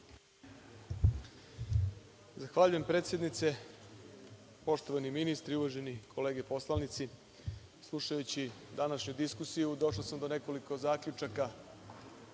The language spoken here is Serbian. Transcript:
Zahvaljujem predsednice. Poštovani ministri, uvažene kolege poslanici, slušajući današnju diskusiju došao sam do nekoliko zaključaka